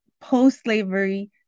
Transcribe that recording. post-slavery